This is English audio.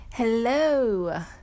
Hello